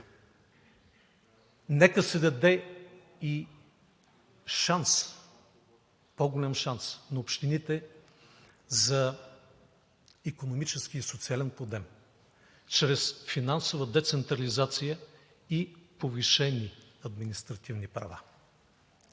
Нека се даде и по-голям шанс на общините за икономически и социален подем чрез финансова децентрализация и повишени административни права.